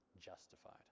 justified